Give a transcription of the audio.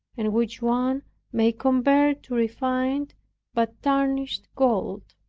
and which one may compare to refined but tarnished gold.